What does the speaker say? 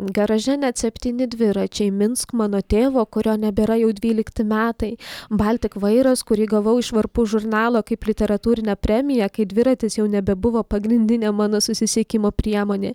garaže net septyni dviračiai minsk mano tėvo kurio nebėra jau dvylikti metai baltik vairas kurį gavau iš varpų žurnalo kaip literatūrinę premiją kai dviratis jau nebebuvo pagrindinė mano susisiekimo priemonė